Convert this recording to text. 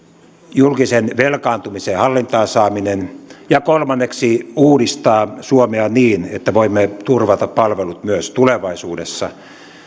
julkisen velkaantumisen hallintaan saaminen ja kolmanneksi uudistaa suomea niin että voimme turvata palvelut myös tulevaisuudessa